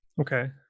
Okay